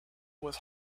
was